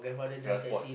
transport